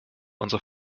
unsere